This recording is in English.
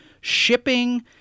shipping